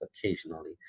occasionally